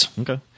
Okay